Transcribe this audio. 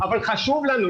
אבל חשוב לנו,